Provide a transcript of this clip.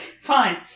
fine